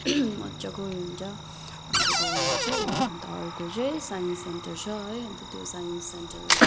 मजाको उयो हुन्छ अन्त त्यहाँदेखिको चाहिँ अन्त अर्को चाहिँ साइन्स सेन्टर छ है अन्त त्यो साइन्स सेन्टरको